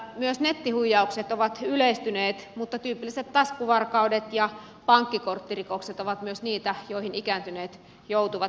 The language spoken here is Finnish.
myös nettihuijaukset ovat yleistyneet mutta tyypilliset taskuvarkaudet ja pankkikorttirikokset ovat myös niitä joihin ikääntyneet joutuvat